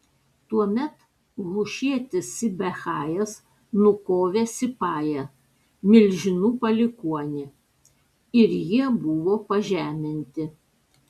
tuomet hušietis sibechajas nukovė sipają milžinų palikuonį ir jie buvo pažeminti